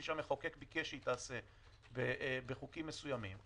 שהמחוקק ביקש שהיא תעשה בחוקים מסוימים,